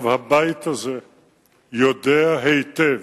הבית הזה יודע היטב,